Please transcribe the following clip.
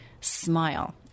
smile